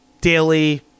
daily